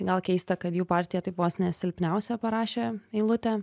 tai gal keista kad jų partija taip vos ne silpniausią parašė eilutę